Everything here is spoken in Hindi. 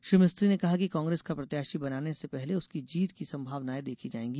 श्री मिस्त्री ने कहा कि कांग्रेस का प्रत्याशी बनाने से पहले उसकी जीत की संभावनायें देखी जायेंगी